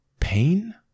pain